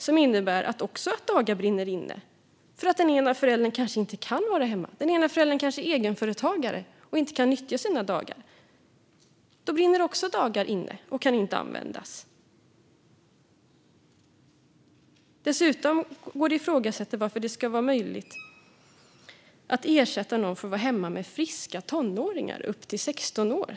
Den innebär också att dagar brinner inne; den ena föräldern kanske inte kan vara hemma. Den ena föräldern är kanske egenföretagare och kan inte nyttja sina dagar. Då brinner dagar inne och kan inte användas. Dessutom går det att ifrågasätta varför det ska vara möjligt att få ersättning för att vara hemma med friska tonåringar upp till 16 år.